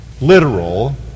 literal